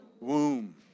Womb